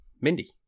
Mindy